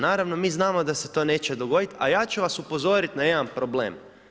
Naravno, mi znamo da će se to neće dogoditi, a ja ću vas upozoriti na jedan problem.